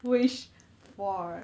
wish for